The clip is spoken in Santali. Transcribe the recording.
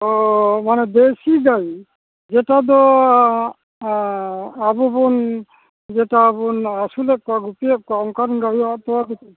ᱚᱸᱻ ᱢᱟᱱᱮ ᱫᱮᱥᱤ ᱜᱟᱹᱭ ᱡᱮᱴᱟ ᱫᱚ ᱟᱵᱚᱵᱚᱱ ᱡᱮᱴᱟ ᱵᱚᱱ ᱟᱹᱥᱩᱞᱮᱫ ᱠᱚᱣᱟ ᱜᱤᱯᱤᱭᱮᱫ ᱠᱚᱣᱟ ᱚᱱᱠᱟᱱ ᱜᱟᱹᱭᱟᱜ ᱫᱚ